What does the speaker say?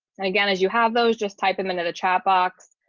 and again, as you have those, just type them into the chat box,